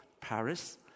Paris